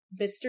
Mr